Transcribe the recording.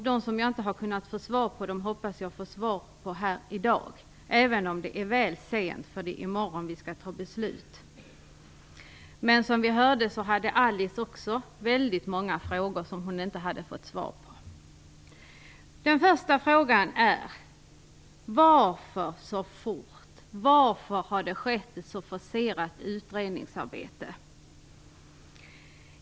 De jag inte har kunnat finna svar på hoppas jag få svar på här i dag, även om det är väl sent, för det är i morgon vi skall fatta beslut. Men som vi hörde hade Alice Åström också väldigt många frågor som hon inte hade fått svar på. Den första frågan är: Varför så fort, varför har det skett ett så forcerat utredningsarbete?